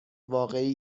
واقعی